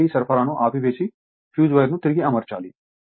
మళ్ళీ సరఫరాను ఆపివేసి ఫ్యూజ్ వైర్ను తిరిగి అమర్చాలి